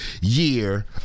year